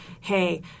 hey